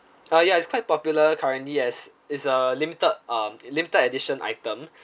uh ya it's quite popular currently as it's a limited um limited edition item